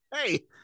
Hey